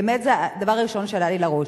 זה באמת הדבר הראשון שעלה לי לראש.